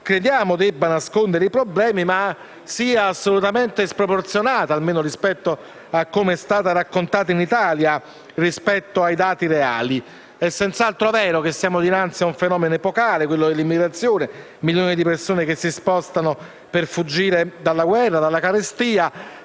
crediamo debba nascondere i problemi, ma che sia assolutamente sproporzionata, almeno per come è stata raccontata in Italia rispetto ai dati reali. È senz'altro vero che siamo dinanzi ad un fenomeno epocale, quello dell'immigrazione, con milioni di persone che si spostano per fuggire dalla guerra, dalla carestia,